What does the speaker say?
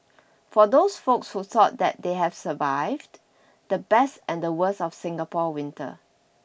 for those folks who thought that they have survived the best and the worst of Singapore winter